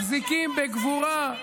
מחזיקים בגבורה,